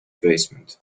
basement